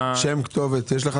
יש לך שם וכתובת?